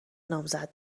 نامزد